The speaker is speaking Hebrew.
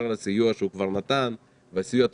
על הסיוע שהוא כבר נתן ועל הסיוע התוספתי.